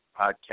podcast